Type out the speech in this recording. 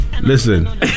Listen